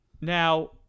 Now